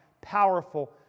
powerful